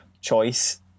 choice